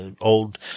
old